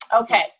Okay